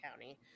County